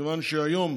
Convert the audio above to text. כיוון שהיום,